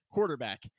Quarterback